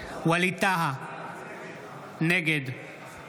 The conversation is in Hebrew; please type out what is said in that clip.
ווליד טאהא, נגד